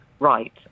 right